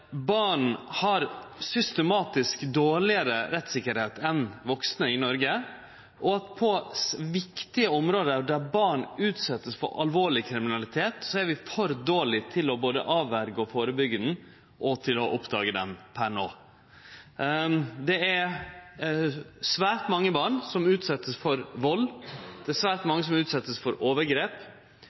barn har systematisk dårlegare rettstryggleik enn vaksne i Noreg, og på viktige område der barn vert utsette for alvorleg kriminalitet, er vi for dårlege til både å avverje, å førebyggje og å oppdage det per i dag. Det er svært mange barn som vert utsette for vald, det er svært mange som vert utsette for overgrep,